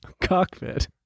cockpit